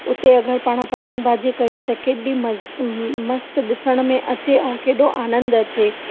उते अगरि पाण पतंग बाज़ी कयूं त केॾी मस्तु मस्तु ॾिसण में अचे ऐं केॾो आनंद अचे